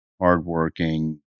hardworking